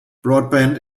broadband